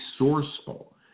resourceful